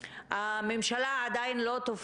תראו,